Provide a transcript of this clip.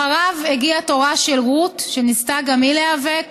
אחריו הגיעה תורה של רות, שניסתה גם היא להיאבק